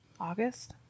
August